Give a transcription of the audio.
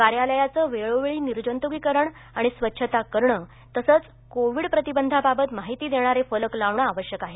कार्यालयाचं वेळोवेळी निर्जंत्कीकरण आणि स्वच्छता करणं तसंच कोविड प्रतिबंधाबाबत माहिती देणारे फलक लावणं आवश्यक आहे